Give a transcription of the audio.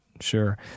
Sure